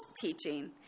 teaching